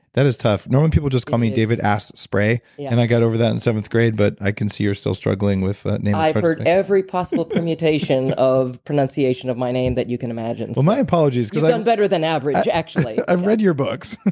that is tough. normally people just call me david ass-spray, yeah and i got over that in seventh grade. but i can see you're still struggling with that name i've heard every possible permutation of. pronunciation of my name that you can imagine well, my apologies because done better than average, actually i've read your books,